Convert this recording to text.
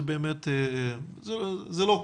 זה לא קל.